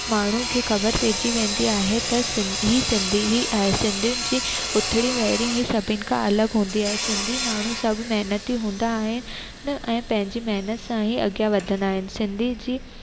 माण्हू खे ख़बर पइजी वेंदी आहे त सिंध ही सिंधी ही आहे सिंधियुन जी उथणी वेहणी ई सभिनि खां अलॻि हूंदी आहे सिंधी माण्हू सब मेहनती हूंदा आहिनि ऐं पंहिंजी मेहनत सां ई अॻियां वधंदा आहिनि सिंधियुनि जी